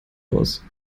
aus